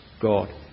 God